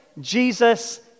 Jesus